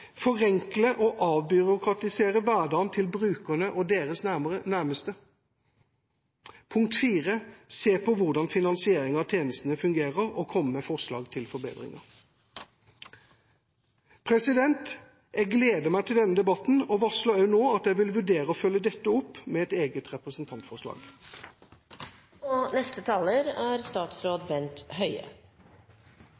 forenkle og avbyråkratisere hverdagen til brukerne og deres nærmeste. Man må se på hvordan finanseringen av tjenestene fungerer og komme med forslag til forbedringer. Jeg gleder meg til denne debatten og varsler også nå at jeg vil vurdere å følge dette opp med et eget